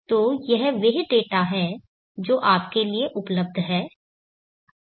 तो यह वह डेटा है जो आपके लिए उपलब्ध है